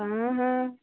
हा हा